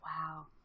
Wow